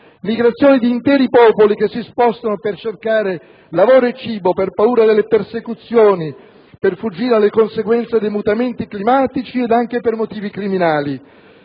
migrazioni di interi popoli che si spostano per cercare lavoro e cibo, per paura delle persecuzioni, per fuggire alle conseguenze dei mutamenti climatici ed anche per motivi criminali.